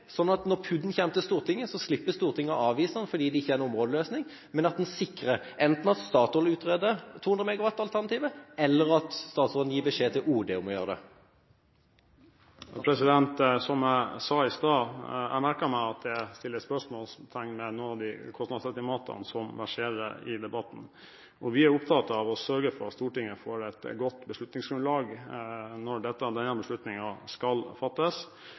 at når PUD-en kommer til Stortinget, slipper Stortinget å avvise den fordi det ikke er en områdeløsning, men sikrer enten at Statoil utreder 200 MW-alternativet, eller at statsråden gir beskjed til Oljedirektoratet om å gjøre det. Som jeg sa i stad, merker jeg meg at det settes spørsmålstegn ved noen av de kostnadsestimatene som verserer i debatten, og vi er opptatt av å sørge for at Stortinget får et godt beslutningsgrunnlag når denne beslutningen skal fattes.